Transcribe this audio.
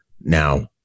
now